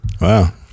Wow